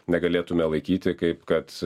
negalėtume laikyti kaip kad